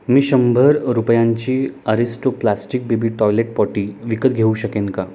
मी शंभर रुपयांची Aristo plastic baby toilet potty विकत घेऊ शकेन का